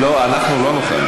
לא, אנחנו לא נוכל.